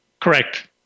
Correct